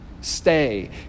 Stay